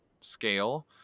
scale